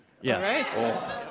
Yes